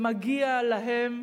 ומגיעה להם